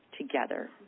together